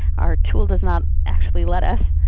our tool does not actually let us.